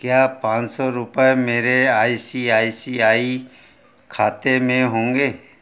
क्या पाँच सौ रुपय मेरे I C I C I खाते में होंगे